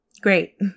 Great